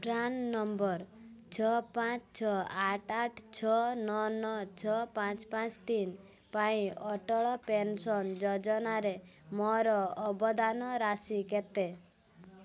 PRAN number ଛଅ ପାଞ୍ଚ ଛଅ ଆଠ ଆଠ ଛଅ ନଅ ନଅ ଛଅ ପାଞ୍ଚ ପାଞ୍ଚ ତିନି ପାଇଁ ଅଟଳ ପେନ୍ସନ୍ ଯୋଜନାରେ ମୋର ଅବଦାନ ରାଶି କେତେ